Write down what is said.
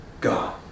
God